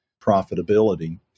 profitability